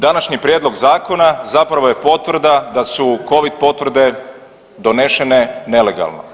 Današnji prijedlog zakona zapravo je potvrda da su covid potvrde donešene nelegalno.